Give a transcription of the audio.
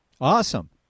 awesome